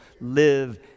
live